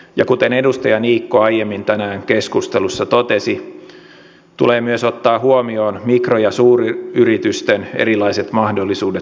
ja kuten edustaja niikko aiemmin tänään keskustelussa totesi tulee myös ottaa huomioon mikro ja suuryritysten erilaiset mahdollisuudet tarjota työtä